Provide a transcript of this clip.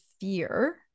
fear